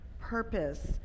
purpose